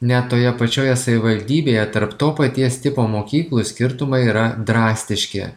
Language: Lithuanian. net toje pačioje savivaldybėje tarp to paties tipo mokyklų skirtumai yra drastiški